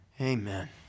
Amen